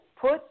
put